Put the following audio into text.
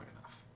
enough